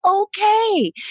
okay